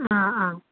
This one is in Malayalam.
ആ ആ